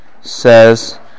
says